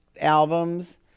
albums